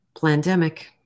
pandemic